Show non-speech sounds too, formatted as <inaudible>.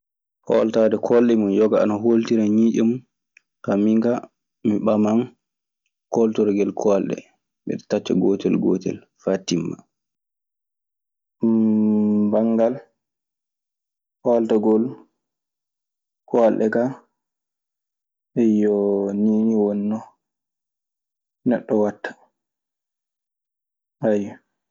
Hooltaade koolɗe mum, yoga ana hooltira ñiiƴe mun. Ka minkaa mi ɓaman kooltorogel koolɗe miɗe tacca gootel gootel faa timma. <hesitation> Banngal hooltagol koolɗe ka, <hesitation> nii nii woni no neɗɗo waɗta.